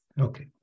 okay